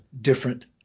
different